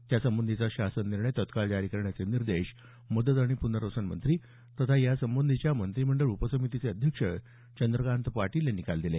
त्यासंबंधीचा शासन निर्णय तत्काळ जारी करण्याचे निर्देश मदत आणि प्नर्वसन मंत्री तथा यासंबंधीच्या मंत्रिमंडळ उपसमितीचे अध्यक्ष चंद्रकांत पाटील यांनी काल दिले